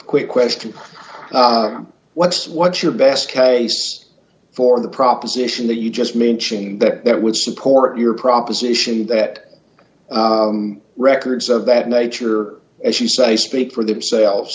quick question what's what's your best case for the proposition that you just mentioned that it would support your proposition that records of that nature as she say speak for themselves